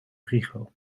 frigo